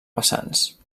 vessants